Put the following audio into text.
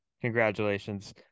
Congratulations